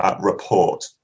report